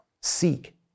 Seek